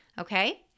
Okay